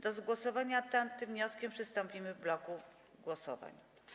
Do głosowania nad tym wnioskiem przystąpimy w bloku głosowań.